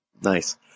Nice